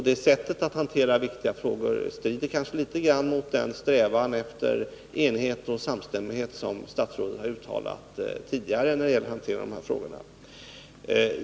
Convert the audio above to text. Det sättet att hantera viktiga frågor strider kanske litet grand mot den strävan efter enhet och samstämmighet som statsrådet har uttalat tidigare när det gäller att hantera dessa frågor.